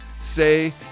say